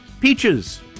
peaches